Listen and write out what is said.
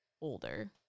older